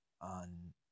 on